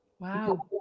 Wow